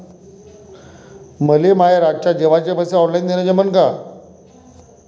मले माये रातच्या जेवाचे पैसे ऑनलाईन देणं जमन का?